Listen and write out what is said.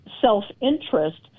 self-interest